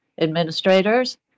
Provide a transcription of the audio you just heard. administrators